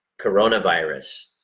coronavirus